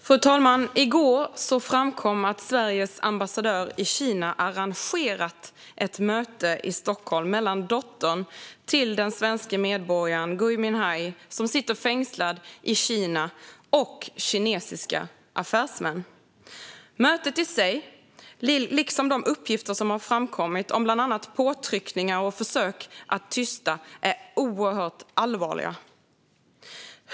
Fru talman! I går framkom det att Sveriges ambassadör i Kina arrangerat ett möte i Stockholm mellan dottern till den svenske medborgaren Gui Minhai, som sitter fängslad i Kina, och kinesiska affärsmän. Mötet i sig, liksom de uppgifter som har framkommit om bland annat påtryckningar och försök att tysta, är oerhört allvarligt.